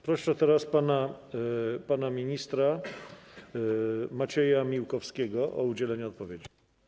Proszę teraz pana ministra Macieja Miłkowskiego o udzielenie odpowiedzi.